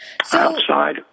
outside